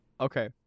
Okay